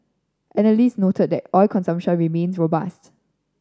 analysts noted that oil consumption remains robust